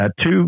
two